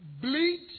bleed